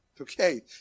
okay